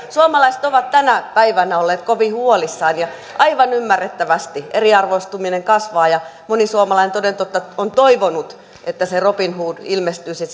suomalaiset ovat tänä päivänä olleet kovin huolissaan ja aivan ymmärrettävästi eriarvoistuminen kasvaa ja moni suomalainen toden totta on toivonut että se robin hood ilmestyisi